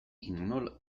imanol